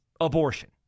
Abortion